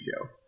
Show